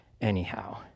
anyhow